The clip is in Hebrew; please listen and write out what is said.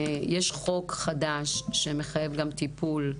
אלא יש חוק חדש שמחייב גם טיפול,